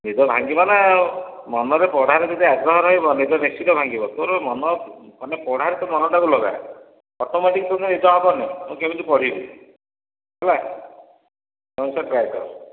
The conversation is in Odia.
ନିଦ ଭାଙ୍ଗିବ ନା ଆଉ ମନରେ ପଢ଼ାରେ ଯଦି ଆଗ୍ରହ ରହିବ ନିଦ ନିଶ୍ଚିନ୍ତ ଭାଙ୍ଗିବ ତୋର ମନ ମାନେ ପଢ଼ାରେ ତୁ ମନଟାକୁ ଲଗା ଅଟୋମେଟିକ୍ ତୋତେ ନିଦ ହେବନି ମୁଁ କେମିତି ପଢ଼ିବି ହେଲା ହଁ ସେହି ଅନୁସାରେ ଟ୍ରାଏ କର